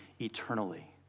eternally